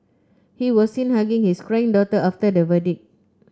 he was seen hugging his crying daughter after the verdict